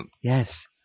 Yes